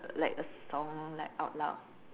like a song like out loud